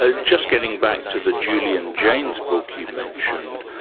ah just getting back to the julian jaynes book you mentioned,